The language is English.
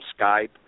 Skype